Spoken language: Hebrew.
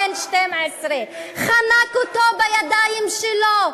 בן 12. חנק אותו בידיים שלו.